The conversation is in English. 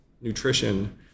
nutrition